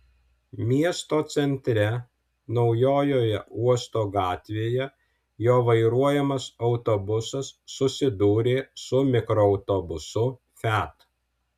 miesto centre naujojoje uosto gatvėje jo vairuojamas autobusas susidūrė su mikroautobusu fiat